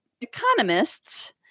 economists